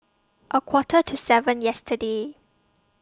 A Quarter to seven yesterday